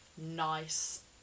nice